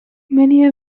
many